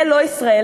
זה לא ישראלי.